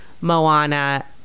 Moana